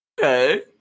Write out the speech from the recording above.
Okay